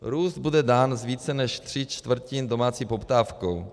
Růst bude dán z více než tří čtvrtin domácí poptávkou.